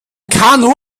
kanu